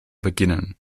beginnen